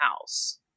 house